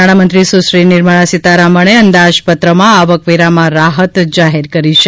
નાણામંત્રી સુશ્રી નિર્મળા સીતારમણે અંદાજપત્રમાં આવકવેરામાં રાહત જાહેર કરી છે